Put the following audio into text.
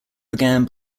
began